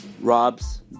Robs